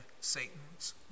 Satan's